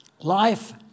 Life